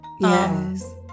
Yes